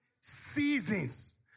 seasons